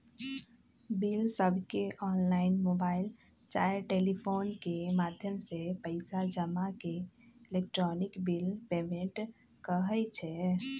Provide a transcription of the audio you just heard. बिलसबके online, mobile चाहे telephone के माध्यम से पइसा जमा के इलेक्ट्रॉनिक बिल पेमेंट कहई छै